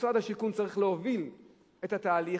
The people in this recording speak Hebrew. משרד השיכון צריך להוביל את התהליך,